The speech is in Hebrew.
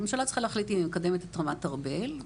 הממשלה צריכה להחליט אם היא מקדמת את רמת ארבל ,